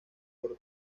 por